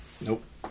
Nope